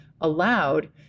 allowed